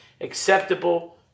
acceptable